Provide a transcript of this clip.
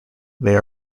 they